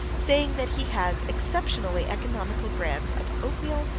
saying that he has exceptionally economical brands of oatmeal,